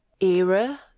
era